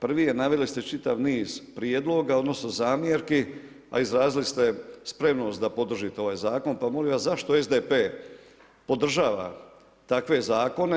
Prvi je naveli ste čitav niz prijedloga, odnosno, zamjerki, a izrazili ste spremnost da podržite ovaj zakon, pa molim, vas, zašto SDP podržava takve zakone?